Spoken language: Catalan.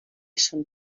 son